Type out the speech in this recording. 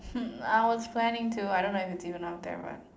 hmm I was planning to I don't know if it even was there or not